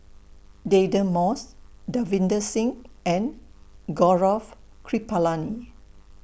Deirdre Moss Davinder Singh and Gaurav Kripalani